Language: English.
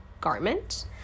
garment